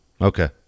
Okay